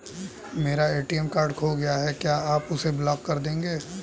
मेरा ATM card खो गया है क्या आप उसे ब्लॉक कर देंगे?